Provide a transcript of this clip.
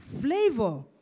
flavor